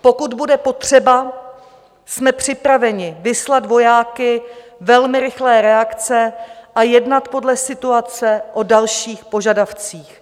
Pokud bude potřeba, jsme připraveni vyslat vojáky velmi rychlé reakce a jednat podle situace o dalších požadavcích.